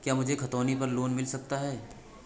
क्या मुझे खतौनी पर लोन मिल सकता है?